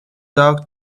dog